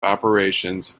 operations